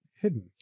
hidden